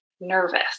nervous